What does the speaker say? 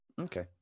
Okay